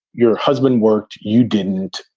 your husband worked. you didn't.